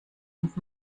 und